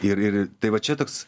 ir ir tai va čia toks